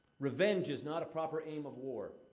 revenge is not a proper aim of war.